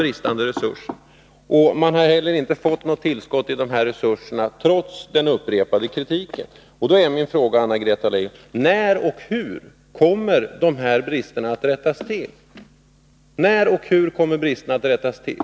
Man har inte heller fått något tillskott i dessa resurser trots den upprepade kritiken. Min fråga till Anna-Greta Leijon: När och hur kommer dessa brister att rättas till?